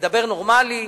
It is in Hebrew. תדבר נורמלי.